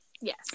Yes